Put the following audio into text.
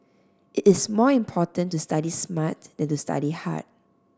it is more important to study smart than to study hard